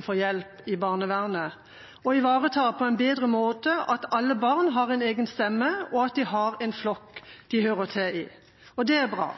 får hjelp i barnevernet, og ivareta på en bedre måte at alle barn har en egen stemme, og at de har en flokk de hører til i. Det er bra.